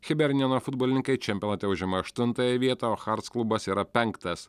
chibernieno futbolininkai čempionate užima aštuntąją vietą o hearts klubas yra penktas